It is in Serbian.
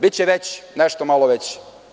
Biće veći, nešto malo veći.